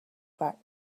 back